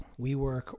WeWork